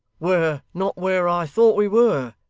we're not where i thought we were.